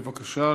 בבקשה,